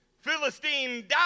Philistine